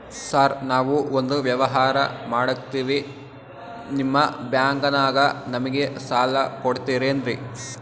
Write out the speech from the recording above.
Sir ನಾವು ಒಂದು ವ್ಯವಹಾರ ಮಾಡಕ್ತಿವಿ ನಿಮ್ಮ ಬ್ಯಾಂಕನಾಗ ನಮಿಗೆ ಸಾಲ ಕೊಡ್ತಿರೇನ್ರಿ?